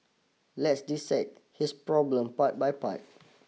let's dissect this problem part by part